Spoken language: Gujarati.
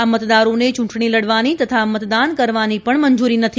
આ મતદારોને ચુંટણી લડવાની તથા મતદાન કરવાની પણ મંજુરી નથી